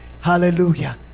Hallelujah